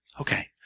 Okay